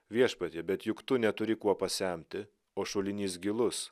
viešpatie bet juk tu neturi kuo pasemti o šulinys gilus